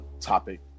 topic